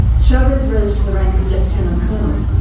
chavez rose to the rank of lieutenant colonel,